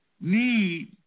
need